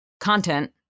content